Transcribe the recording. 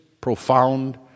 profound